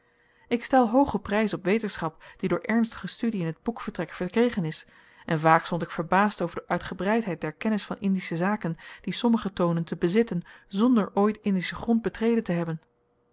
ik stel hoogen prys op wetenschap die door ernstige studie in t boekvertrek verkregen is en vaak stond ik verbaasd over de uitgebreidheid der kennis van indische zaken die sommigen toonen te bezitten zonder ooit indischen grond betreden te hebben